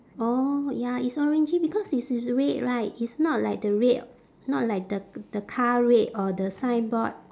orh ya it's orangey because it's it's red right it's not like the red not like the the car red or the signboard